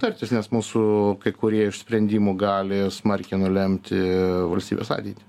tartis nes mūsų kai kurie iš sprendimų gali smarkiai nulemti valstybės ateitį